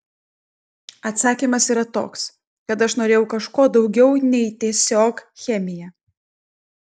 atsakymas yra toks kad aš norėjau kažko daugiau nei tiesiog chemija